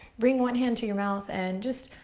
bring one hand to your mouth and just